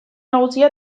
nagusia